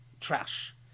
trash